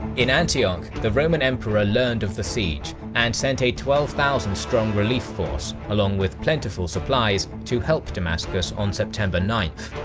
in antioch, the roman emperor learned of the siege and sent a twelve thousand strong relief force, along with plentiful supplies, to help damascus on september ninth.